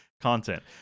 content